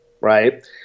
right